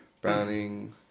Browning